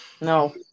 no